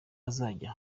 izajya